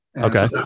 okay